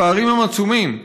הפערים הם עצומים.